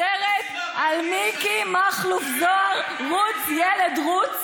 סרט על מיקי מכלוף זוהר: רוץ, ילד, רוץ,